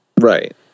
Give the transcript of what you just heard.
right